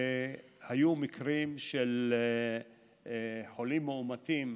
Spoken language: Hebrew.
היו מקרים של חולים מאומתים,